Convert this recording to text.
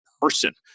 person